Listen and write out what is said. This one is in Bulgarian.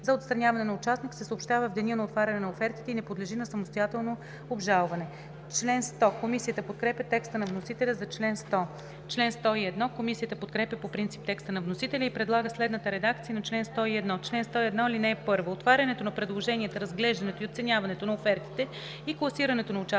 за отстраняване на участник се съобщава в деня на отваряне на офертите и не подлежи на самостоятелно обжалване.“ Комисията подкрепя текста на вносителя за чл. 100. Комисията подкрепя по принцип текста на вносителя и предлага следната редакция на чл. 101: „Чл. 101. (1) Отварянето на предложенията, разглеждането и оценяването на офертите и класирането на участниците